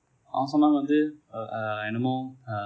அவங்க சொன்னார்கள் வந்து:avanga sonnargal vanthu uh ah என்னமோ:ennamo uh